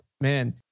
Man